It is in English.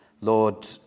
lord